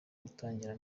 gutangira